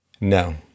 no